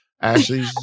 Ashley